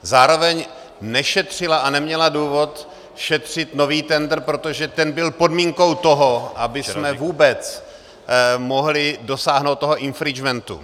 Zároveň nešetřila a neměla důvod šetřit nový tendr, protože ten byl podmínkou toho, abychom vůbec mohli dosáhnout toho infringementu.